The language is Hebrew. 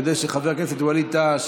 כדי שחבר הכנסת ווליד טאהא,